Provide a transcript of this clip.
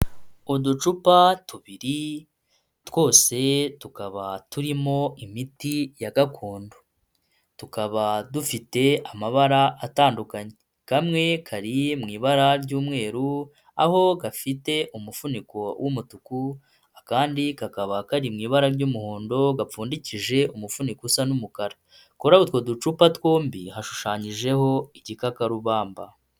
Uducupa tubiri twose tukaba turimo imiti ya gakondo, tukaba dufite amabara atandukanye, kamwe kari mu ibara ry'umweru aho gafite umufuniko w'umutuku, akandi kakaba kari mu ibara ry'umuhondo gapfundikije umufuniko usa n'umukara, kuri utwo ducupa twombi hashushanyijeho igikakarubamba.